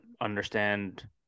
understand